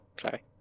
sorry